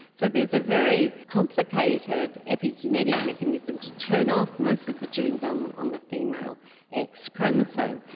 so there is a very complicated epigenetic mechanism to turn off most of the genes on on the female x chromosome.